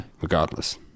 regardless